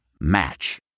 Match